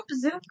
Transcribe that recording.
Zoom